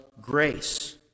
grace